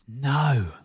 No